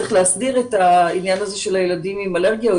צריך להסדיר את העניין הזה של הילדים עם אלרגיה או